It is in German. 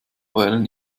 wählen